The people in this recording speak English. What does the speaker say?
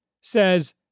says